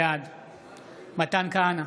בעד מתן כהנא,